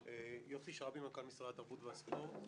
יוסי שרעבי, מנכ"ל משרד התרבות והספורט.